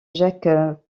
jacques